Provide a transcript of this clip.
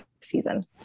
season